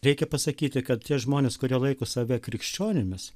reikia pasakyti kad tie žmonės kurie laiko save krikščionimis